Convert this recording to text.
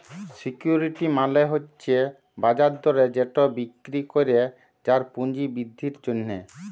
security মালে হছে বাজার দরে যেট বিক্কিরি ক্যরা যায় পুঁজি বিদ্ধির জ্যনহে